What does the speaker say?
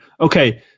Okay